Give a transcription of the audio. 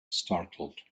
startled